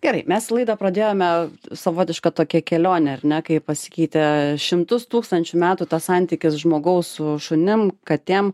gerai mes laidą pradėjome savotiška tokia kelione ar ne kaip pasikeitė šimtus tūkstančių metų tas santykis žmogaus su šunim katėm